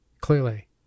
clearly